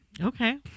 Okay